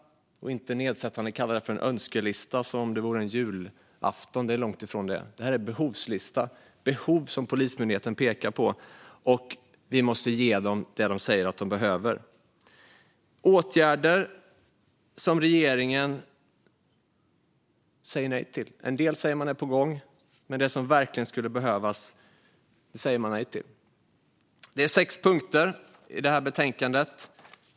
Det är ingen önskelista, som en del nedsättande kallar den, som om det vore julafton, långt ifrån. Det är en behovslista. Det är behov som Polismyndigheten pekar på, och vi måste ge dem det de säger att de behöver. Det är åtgärder som regeringen säger nej till. En del säger man är på gång, men det som verkligen skulle behövas säger man nej till. Det är sex punkter i betänkandet.